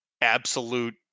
absolute